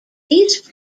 these